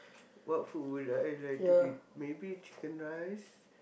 what food would I like to eat maybe chicken rice